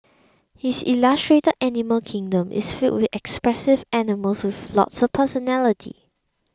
his illustrated animal kingdom is filled with expressive animals with lots of personality